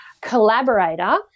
collaborator